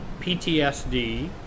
PTSD